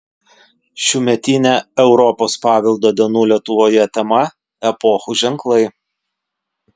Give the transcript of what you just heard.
šiųmetinė europos paveldo dienų lietuvoje tema epochų ženklai